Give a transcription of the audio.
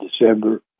December